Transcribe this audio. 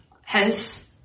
Hence